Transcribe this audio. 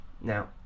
Now